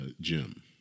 Jim